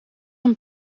een